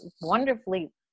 wonderfully